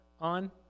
on